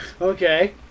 Okay